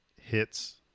hits